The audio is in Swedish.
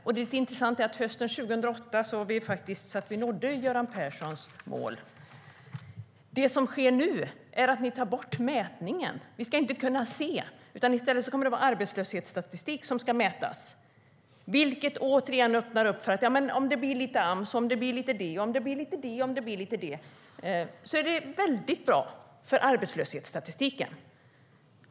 Och hösten 2008 nådde vi faktiskt Göran Perssons mål. Det är intressant. Nu tar ni bort mätningen. Vi ska inte kunna se. I stället är det arbetslöshetsstatistik som ska mätas. Det öppnar, återigen, för att lite Ams och lite allt möjligt är väldigt bra för arbetslöshetsstatistiken.